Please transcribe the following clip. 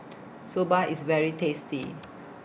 Soba IS very tasty